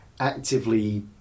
actively